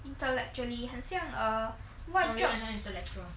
intellectually 很像 err what jobs